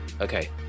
Okay